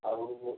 ଆଉ